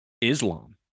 Islam